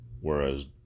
Whereas